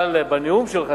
אבל בנאום שלך,